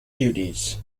duties